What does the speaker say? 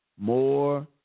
more